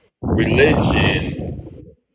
religion